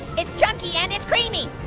it's chunky and it's creamy!